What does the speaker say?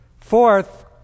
Fourth